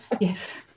Yes